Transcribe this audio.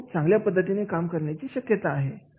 ते खूप चांगल्या पद्धतीने काम करण्याची शक्यता आहे